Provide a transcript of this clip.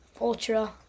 ultra